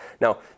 Now